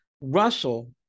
Russell